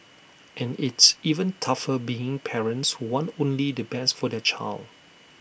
and it's even tougher being parents who want only the best for their child